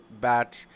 back